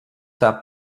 that